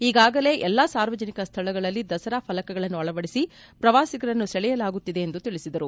ಈಗಾಗಲೆ ಎಲ್ಲಾ ಸಾರ್ವಜನಿಕ ಸ್ಥಳಗಳಲ್ಲಿ ದಸರಾ ಫಲಕಗಳನ್ನ ಅಳವಡಿಸಿ ಪ್ರವಾಸಿಗರನ್ನ ಸೆಳೆಯುತ್ತಿದ್ದೇವೆ ಎಂದು ತಿಳಿಸಿದರು